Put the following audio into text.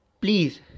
please